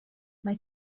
mae